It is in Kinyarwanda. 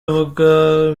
avuga